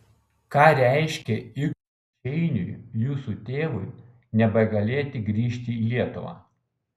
ką reiškė ignui šeiniui jūsų tėvui nebegalėti sugrįžti į lietuvą